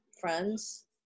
friends